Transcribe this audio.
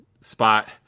spot